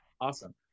awesome